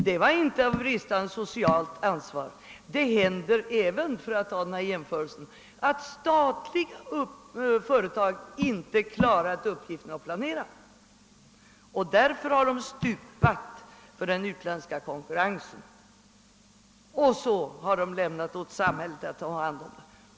Det berodde inte på bristande socialt ansvar; det händer även att statliga företag inte klarat uppgiften att planera, utan de har stupat för den utländska konkurrensen och lämnat åt samhället att ta hand om de anställda.